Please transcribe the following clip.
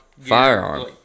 Firearm